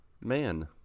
Man